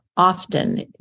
often